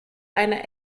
eine